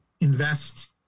invest